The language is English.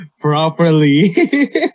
properly